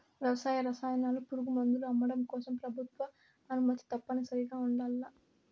వ్యవసాయ రసాయనాలు, పురుగుమందులు అమ్మడం కోసం ప్రభుత్వ అనుమతి తప్పనిసరిగా ఉండల్ల